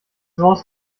raus